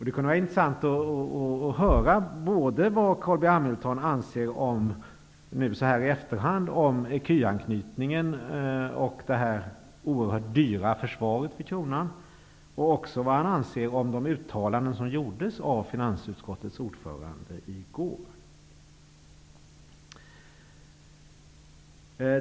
Det kunde vara intressant att höra vad Carl B Hamilton nu så här i efterhand anser om ecuanknytningen, det oerhört dyra försvaret av kronan och de uttalanden som i går gjordes av finansutskottets ordförande.